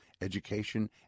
education